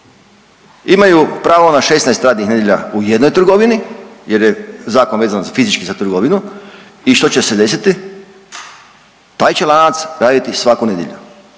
Imaju pravo na 16 radnih nedjelja u jednoj trgovini jer je zakon vezan fizički za trgovinu i što će se desiti taj će lanac raditi svaku nedjelju.